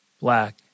black